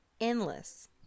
endless